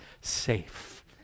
safe